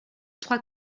trois